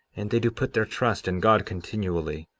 and they do put their trust in god continually.